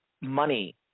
money